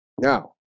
Now